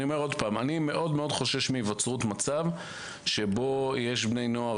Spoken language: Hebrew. אני מאוד מאוד חושש מהיווצרות מצב שבו יש בני נוער